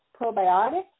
probiotics